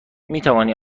میتوانی